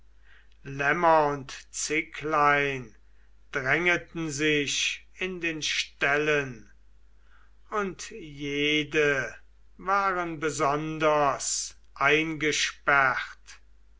lämmer und zicklein drängeten sich in den ställen und jede waren besonders eingesperrt